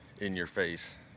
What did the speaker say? in-your-face